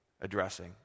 addressing